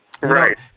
Right